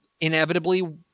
inevitably